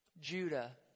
Judah